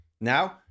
Now